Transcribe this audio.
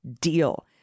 deal